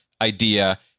idea